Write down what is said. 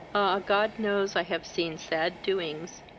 ah! god knows, i have seen sad doings,